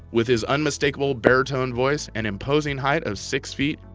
with his unmistakable baritone voice and imposing height of six feet,